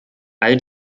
all